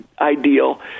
ideal